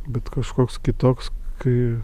bet kažkoks kitoks kai